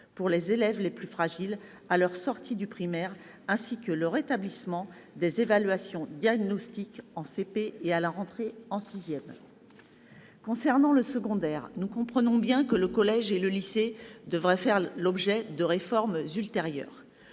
pour les élèves les plus fragiles à leur sortie du primaire, ainsi que le rétablissement des évaluations diagnostiques en CP et à l'entrée en sixième. En ce qui concerne le secondaire, nous comprenons bien que le collège et le lycée devraient faire l'objet de réformes ultérieures.